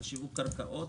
על שיווק קרקעות,